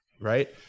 right